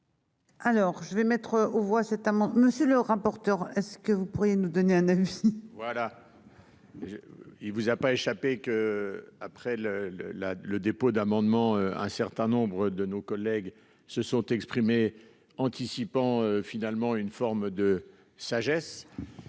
Alors je vais mettre aux voix, c'est monsieur le rapporteur. Est-ce que vous pourriez nous donner un avis. Voilà. Il vous a pas échappé que après le le la le dépôt d'amendements un certain nombre de nos collègues se sont exprimés, anticipant finalement une forme de sagesse.